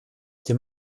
dem